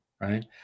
Right